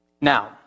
Now